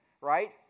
right